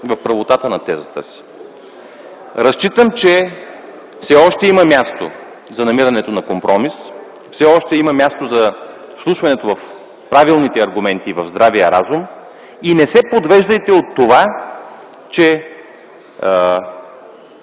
в правотата на тезата си. Разчитам, че все още има място за намирането на компромис, все още има място за вслушването в правилните аргументи и в здравия разум. Не се подвеждайте от това, че